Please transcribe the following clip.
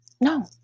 No